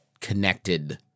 connected